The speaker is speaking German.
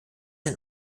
ein